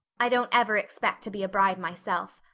i don't ever expect to be a bride myself.